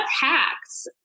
hacks